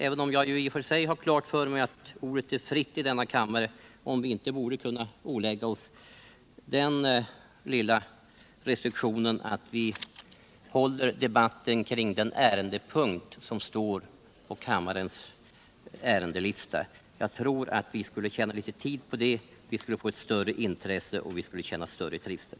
Även om jag har klart för mig att ordet är fritt i denna kammare undrar jag om vi inte borde kunna ålägga oss den lilla restriktionen att vi håller debatten kring den ärendepunkt på kammarens föredragningslista som är uppe till behandling. Jag tror att vi skulle tjäna tid på det. Vi skulle få ett större intresse, och vi skulle känna större trivsel.